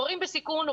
המורים בסיכון,